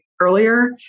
earlier